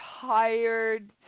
tired